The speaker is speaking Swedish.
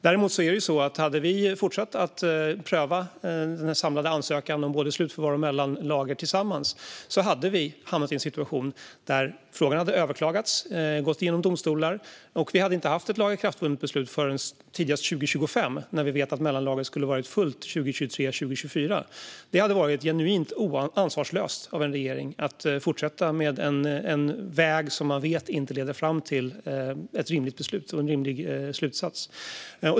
Däremot är det ju så att om vi hade fortsatt pröva den samlade ansökan om både slutförvar och mellanlager tillsammans hade vi hamnat i en situation där frågan hade överklagats och gått igenom domstolar och vi inte haft ett lagakraftvunnet beslut förrän tidigast 2025, när vi vet att mellanlagret skulle ha varit fullt 2023 eller 2024. Det hade varit genuint ansvarslöst av en regering att fortsätta på en väg som man vet inte leder fram till ett rimligt beslut och en rimlig slutsats.